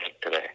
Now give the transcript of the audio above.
today